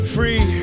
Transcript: Free